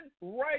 right